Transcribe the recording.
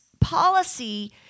policy